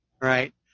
Right